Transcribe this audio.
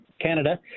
Canada